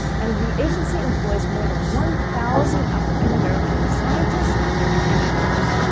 and the agency employees more than one thousand african americans scientists and engineers,